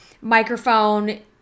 microphone